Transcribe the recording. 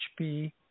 HP